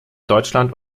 deutschland